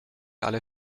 alle